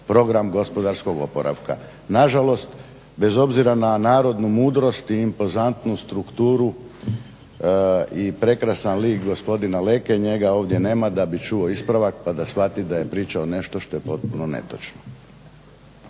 program gospodarskog oporavka. Nažalost, bez obzira na narodnu mudrost i impozantnu strukturu i prekrasan lik gospodina Leke, njega ovdje nema da bi čuo ispravak pa da shvati da je pričao nešto što je potpuno netočno.